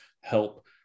help